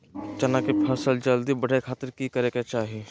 चना की फसल जल्दी बड़े खातिर की करे के चाही?